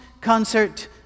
concert